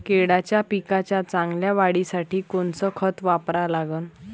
केळाच्या पिकाच्या चांगल्या वाढीसाठी कोनचं खत वापरा लागन?